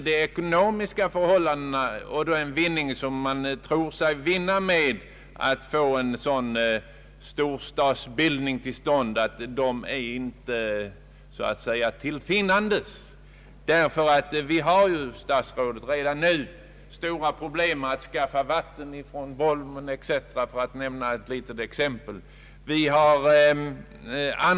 Den ekonomiska vinning som man tror sig få genom en sådan storstadsbildning är säkerligen inte till finnandes. Det är, herr statsrådet, redan nu stora problem med att skaffa vatten från sjön Bolmen, för att nämna ett exempel.